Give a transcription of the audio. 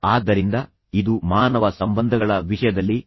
ಆದ್ದರಿಂದ ಇದು ಮಾನವ ಸಂಬಂಧಗಳ ವಿಷಯದಲ್ಲಿ ಗೆಲುವು ಸಾಧಿಸಬೇಕು